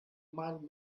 mild